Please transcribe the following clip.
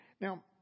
Now